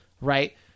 Right